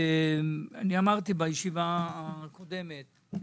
אמרתי בישיבה הקודמת,